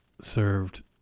Served